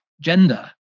gender